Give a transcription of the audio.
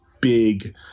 big